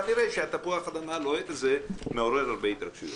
כנראה תפוח האדמה הלוהט הזה מעורר הרבה התרגשויות.